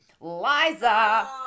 Liza